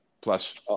Plus